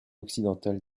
occidentale